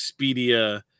Expedia